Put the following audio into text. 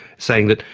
saying that,